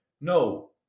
No